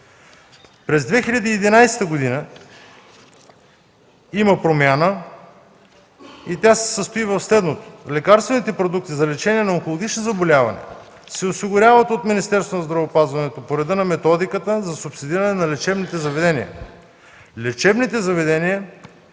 През 2011 г. има промяна и тя се състои в следното. Лекарствените продукти за лечение на онкологични заболявания се осигуряват от Министерството на здравеопазването по реда на методиката за субсидиране на лечебните заведения.